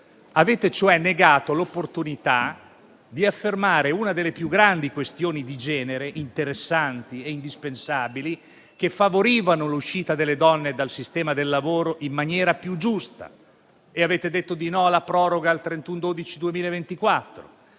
respinto, negando l'opportunità di affermare una delle più grandi questioni di genere, interessanti e indispensabili, per favorire l'uscita delle donne dal sistema del lavoro in maniera più giusta. Avete detto di no alla proroga al 31